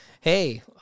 Hey